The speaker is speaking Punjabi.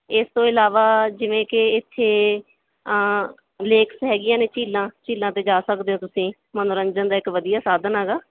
ਇਸ ਤੋਂ ਇਲਾਵਾ ਜਿਵੇਂ ਕਿ ਇੱਥੇ ਲੇਕਸ ਹੈਗੀਆਂ ਨੇ ਝੀਲਾਂ ਝੀਲਾਂ ਤੇ ਜਾ ਸਕਦੇ ਹੋ ਤੁਸੀਂ ਮਨੋਰੰਜਨ ਦਾ ਇੱਕ ਵਧੀਆ ਸਾਧਨ ਹੈਗਾ